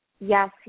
yes